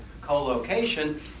co-location